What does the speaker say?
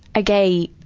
a gay.